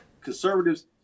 Conservatives